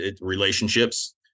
relationships